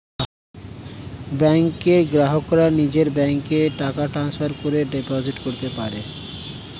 ব্যাংকের গ্রাহকরা নিজের ব্যাংকে টাকা ট্রান্সফার করে ডিপোজিট করতে পারে